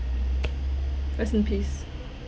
rest in peace